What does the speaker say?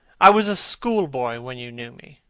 i was a schoolboy when you knew me.